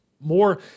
more